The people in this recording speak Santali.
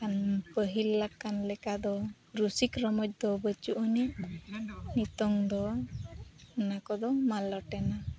ᱯᱟᱹᱦᱤᱞ ᱞᱮᱠᱟᱱ ᱞᱮᱠᱟᱫᱚ ᱨᱩᱥᱤᱠ ᱨᱚᱢᱚᱡᱽ ᱫᱚ ᱵᱟᱹᱪᱩᱜ ᱟᱹᱱᱤᱡ ᱱᱤᱛᱳᱜ ᱫᱚ ᱚᱱᱟ ᱠᱚᱫᱚ ᱢᱟᱞᱚᱴᱮᱱᱟ